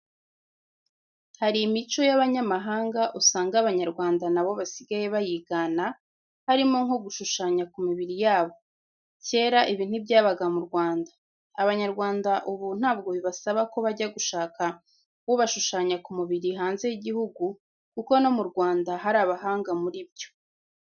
Hari imico y'abanyamahanga usanga Abanyarwanda na bo basigaye bayigana, harimo nko gushushanya ku mibiri yabo, kera ibi ntibyabaga mu Rwanda. Abanyarwanda ubu ntabwo bibasaba ko bajya gushaka ubashushanya ku mubiri hanze y'igihugu kuko no mu Rwanda hari abahanga muri byo.